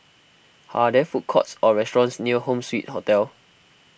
are there food courts or restaurants near Home Suite Hotel